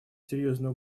серьезную